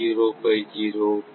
0500